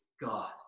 God